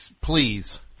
Please